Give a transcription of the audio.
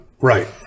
Right